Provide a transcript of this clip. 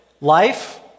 Life